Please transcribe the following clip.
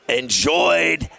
enjoyed